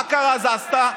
מה קרה שזזת?